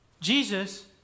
Jesus